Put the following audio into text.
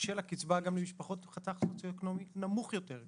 של הקצבה גם למשפחות מחתך סוציו אקונומי נמוך יותר,